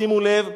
שימו לב,